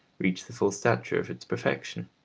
reach the full stature of its perfection.